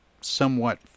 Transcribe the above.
somewhat